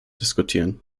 diskutieren